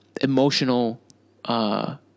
emotional